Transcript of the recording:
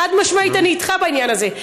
חד-משמעית אני איתך בעניין הזה.